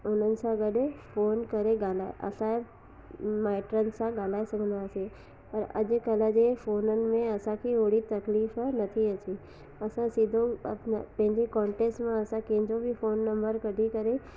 हुननि सां गॾु फ़ोन करे ॻाल्हाए असांजे माइटनि सां ॻाल्हाए सघंदा हुयासीं पर अॼुकल्ह जे फ़ोननि में असांखे ओहिड़ी तकलीफ़ नथी अचे असां सिधो अपना पंहिंजे कॉन्टैक्ट्स मां असां कंहिंजो बि फ़ोन नंबर कढी करे